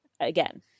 Again